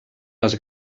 les